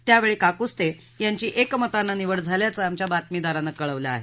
त्यावेळी काकूस्ते यांची एकमतानं निवड झाल्याचं आमच्या बातमीदारानं कळवलं आहे